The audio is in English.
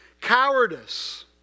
cowardice